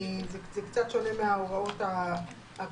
זה קצת שונה מההוראות הקודמות.